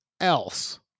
else